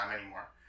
anymore